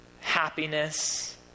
happiness